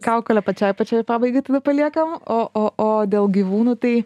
kaukolę pačiai pačiai pabaigai tada paliekam o o o dėl gyvūnų tai